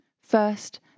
First